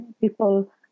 people